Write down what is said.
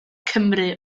cymry